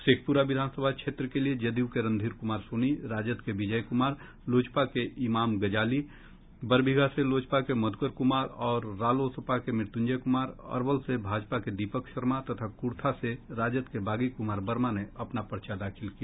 शेखप्रा विधानसभा क्षेत्र के लिये जदयू के रणधीर कुमार सोनी राजद के विजय कुमार लोजपा के इमाम गजाली बरबीघा से लोजपा के मधुकर कुमार और रालोसपा के मृत्युंजय कुमार अरवल से भाजपा के दीपक शर्मा तथा कुर्था से राजद के बागी कुमार वर्मा ने अपना पर्चा दाखिल किया